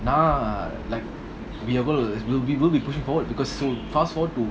now ah like we are gonna we will be pushing foward because so fast foward to